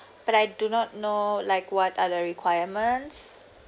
but I do not know like what are the requirements